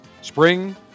spring